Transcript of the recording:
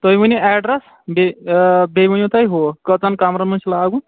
تُہۍ ؤنِو ایڈرَس بیٚیہِ بیٚیہِ ؤنِو تُہۍ ہُہ کٔژَن کَمرَن منٛز چھُ لاگُن